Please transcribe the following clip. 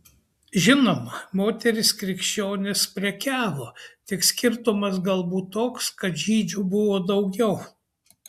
žinoma moterys krikščionės prekiavo tik skirtumas galbūt toks kad žydžių buvo daugiau